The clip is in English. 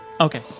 Okay